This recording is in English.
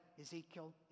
Ezekiel